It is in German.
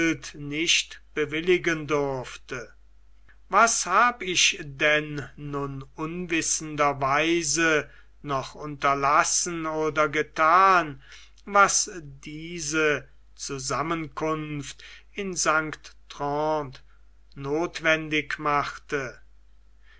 nicht bewilligen durfte was hab ich denn nun unwissender weise noch unterlassen oder gethan was diese zusammenkunft in st truyen nothwendig machte